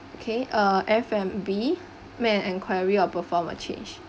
okay uh F&B make an inquiry or perform a change